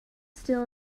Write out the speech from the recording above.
still